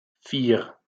vier